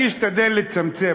אני אשתדל לצמצם,